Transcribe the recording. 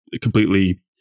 completely